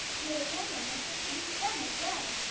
the aroma must have seduced them as well.